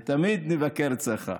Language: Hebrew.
ותמיד נבקר אצלך.